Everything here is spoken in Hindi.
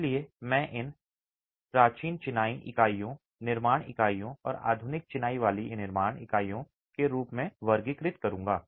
इसलिए मैं इन्हें प्राचीन चिनाई इकाइयों निर्माण इकाइयों और आधुनिक चिनाई वाली निर्माण इकाइयों के रूप में वर्गीकृत करूँगा